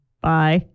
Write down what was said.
Bye